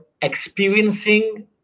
experiencing